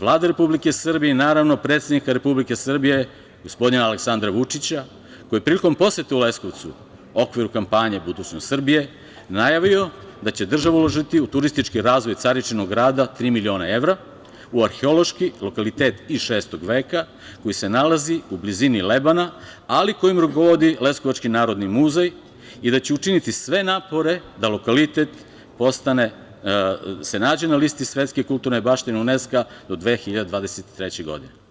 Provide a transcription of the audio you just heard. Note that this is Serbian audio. Vlade Republike Srbije i, naravno, predsednika Republike Srbije gospodina Aleksandra Vučića, koji je prilikom posete Leskovcu u okviru kampanje "Budućnost Srbije", najavio da će država uložiti turistički razvoj Caričinog rada tri miliona evra, u arheološki lokalitet iz VI veka koji se nalazi u blizini Lebana, ali kojim rukovodi leskovački Narodni muzej i da će učiniti sve napore da lokalitet se nađe na listi Svetske kulturne baštine UNESKO-a do 2023. godine.